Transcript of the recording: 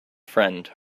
friend